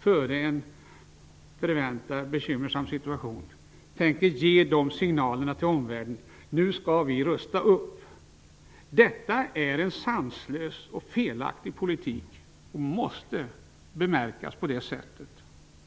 före en förväntat bekymmersam situation kommer att ge signaler till omvärlden om att man skall rusta upp. Detta är en sanslös och felaktig politik.